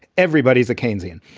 everybody's a keynesian.